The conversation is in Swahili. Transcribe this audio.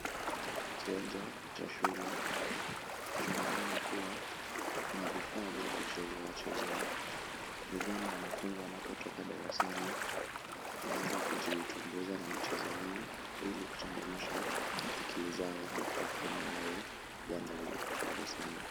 Kiwanja cha shule kilichoonekana kuwa na vifaa vya kuchezeachezea, ni vyema wanafunzi wanapotoka darasani wanaweza kujitumbuiza na michezo hii ili kuchangamsha akili zao na kuwafanya wawe ngangari darasani.